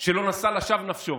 שלא נשא לשווא נפשו